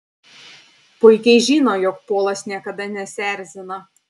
puikiai žino jog polas niekada nesierzina